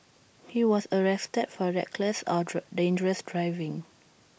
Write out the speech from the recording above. he was arrested for reckless or dangerous driving